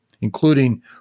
including